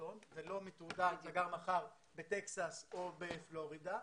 מוושינגטון ולא מתורגם בטקסס או בפלורידה.